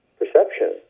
perception